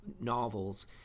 novels